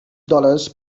dollars